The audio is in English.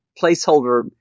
placeholder